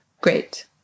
Great